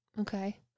Okay